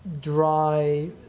dry